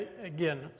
again